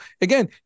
again